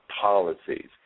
policies